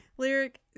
Lyric